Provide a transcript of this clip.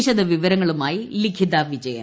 വിശദവിവരങ്ങളുമായി ലിഖിത വിജയൻ